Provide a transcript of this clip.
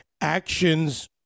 Actions